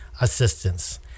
assistance